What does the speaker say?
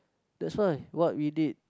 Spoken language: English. that's why what we did